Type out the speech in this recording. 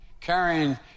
Carrying